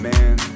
Man